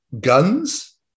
Guns